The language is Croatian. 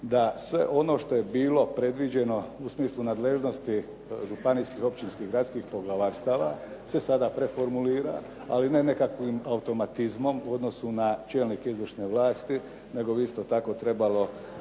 da sve ono što je bilo predviđeno u smislu nadležnosti županijskih, općinskih i gradskih poglavarstava se sada preformulira ali ne nekakvim automatizmom u odnosu na čelnike izvršne vlasti nego bi isto tako trebalo